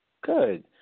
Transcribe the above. Good